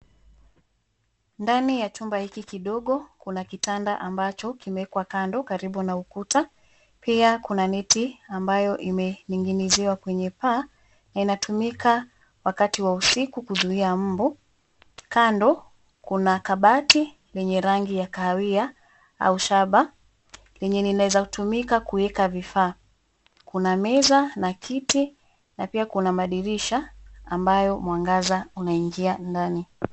Ndani ya chumba hiki kidogo kuna kitanda ambacho kimewekwa kando karibu na ukuta, pia kuna neti ambayo imeninginiziwa kwenye paa na inatumika wakati wa usiku kuzuia mmbu. Kando kuna kabati lenye rangi ya kahawia au shaba, lenye linaweza tumika kuweka vifaa. Kuna meza na kiti, na pia kuna madirisha ambayo mwangaza unaingia ndani.